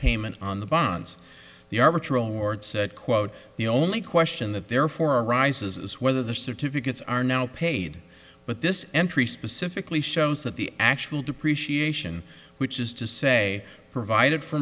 payment on the bonds the arbitron ward said quote the only question that therefore arises is whether the certificates are now paid but this entry specifically shows that the actual depreciation which is to say provided f